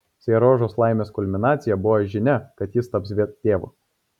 seriožos laimės kulminacija buvo žinia kad jis taps tėvu